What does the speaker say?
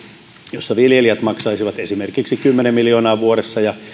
jossa viljelijät maksaisivat esimerkiksi kymmenen miljoonaa vuodessa ja